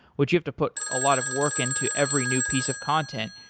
which you have to put a lot of work into every new piece of content.